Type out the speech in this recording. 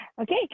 okay